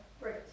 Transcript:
Right